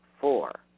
four